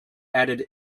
added